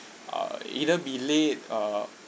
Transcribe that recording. uh either be late uh